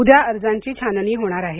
उद्या अर्जांची छाननी होणार आहे